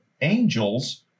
angels